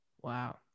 Wow